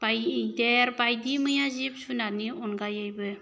मैदेर बायदि मैया जिब जुनारनि अनगायैबो